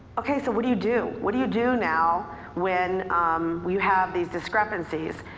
okay, so what do you do, what do you do now when you have these discrepancies?